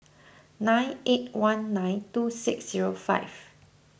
nine eight one nine two six zero five